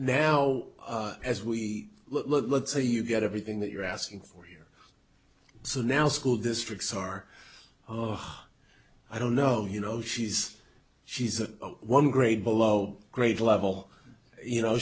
now as we look let's say you get everything that you're asking for here so now school districts are oh i don't know you know she's she's a one grade below grade level you know